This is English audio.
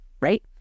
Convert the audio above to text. right